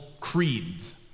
creeds